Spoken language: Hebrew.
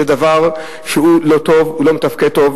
זה דבר שלא מתפקד טוב.